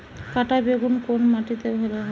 কাঁটা বেগুন কোন মাটিতে ভালো হয়?